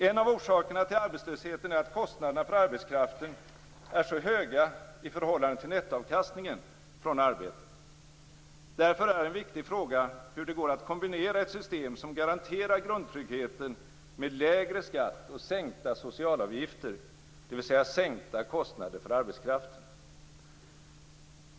- En av orsakerna till arbetslösheten är att kostnaderna för arbetskraften är höga i förhållande till nettoavkastningen från arbetet. Därför är en viktig fråga hur det går att kombinera ett system som garanterar grundtryggheten med lägre skatt och sänkta socialavgifter, dvs. sänkta kostnader för arbetskraften."